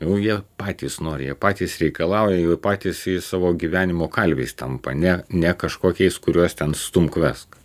jau jie patys nori jie patys reikalauja jau patys savo gyvenimo kalviais tampa ne ne kažkokiais kuriuos ten stumk vesk